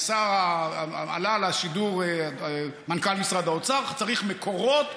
עלה לשידור מנכ"ל משרד האוצר: צריך מקורות,